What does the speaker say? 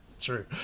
True